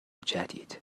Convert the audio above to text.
جدید